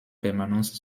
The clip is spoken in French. permanence